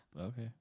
Okay